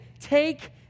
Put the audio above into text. take